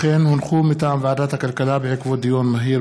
מסקנות ועדת הכלכלה בעקבות דיון מהיר